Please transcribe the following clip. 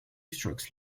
strokes